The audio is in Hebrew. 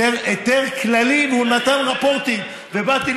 היתר כללי, אבל לא